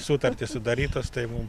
sutartys sudarytos tai mum